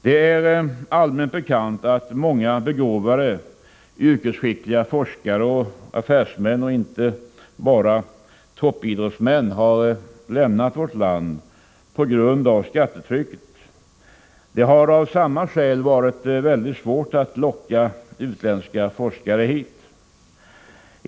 Det är allmänt bekant att många begåvade, yrkesskickliga forskare och affärsmän — inte bara toppidrottsmän — har lämnat vårt land på grund av skattetrycket. Det har av samma skäl varit svårt att locka utländska forskare hit.